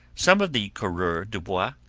some of the coureurs de bois,